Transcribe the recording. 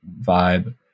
vibe